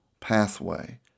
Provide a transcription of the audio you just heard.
pathway